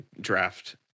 draft